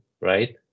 right